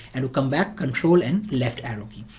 and to come back control and left arrow key.